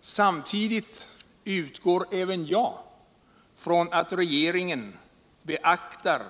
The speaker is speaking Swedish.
Samtidigt utgår även jag från att regeringen beaktar